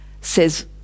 says